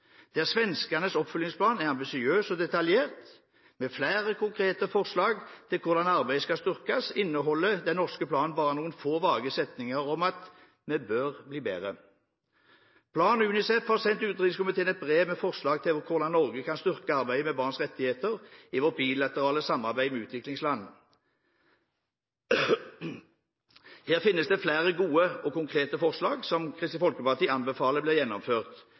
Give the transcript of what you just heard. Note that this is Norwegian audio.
svenskenes oppfølgingsplan er ambisiøs og detaljert med flere konkrete forslag til hvordan arbeidet skal styrkes, inneholder den norske planen bare noen få vage setninger om at vi bør bli bedre. Plan og UNICEF har sendt utenrikskomiteen et brev med forslag til hvordan Norge kan styrke arbeidet med barns rettigheter i vårt bilaterale samarbeid med utviklingsland. Her finnes det flere gode og konkrete forslag som Kristelig Folkeparti anbefaler blir gjennomført.